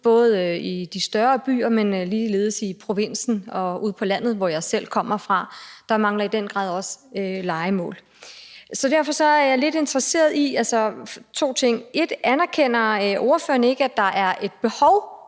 både i de større byer, men ligeledes i provinsen og ude på landet, hvor jeg selv kommer fra. Der mangler der i den grad også lejemål. Så derfor er jeg lidt interesseret i to ting. Den ene ting er, om ordføreren ikke anerkender, at der er et behov